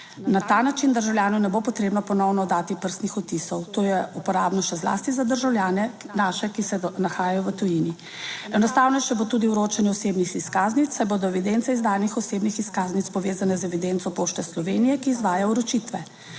Na ta način državljanom ne bo potrebno ponovno oddati prstnih odtisov. To je uporabno še zlasti za državljane naše, ki se nahajajo v tujini. Enostavnejše bo tudi vročanje osebnih izkaznic, saj bodo evidence izdanih osebnih izkaznic povezane z evidenco Pošte Slovenije, ki izvaja vročitve.